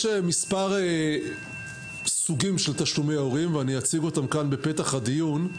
יש מספר סוגים של תשלומי הורים ואני אציג אותם כאן בפתח הדיון.